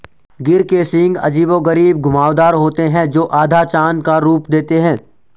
गिर के सींग अजीबोगरीब घुमावदार होते हैं, जो आधा चाँद का रूप देते हैं